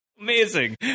Amazing